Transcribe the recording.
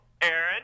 Aaron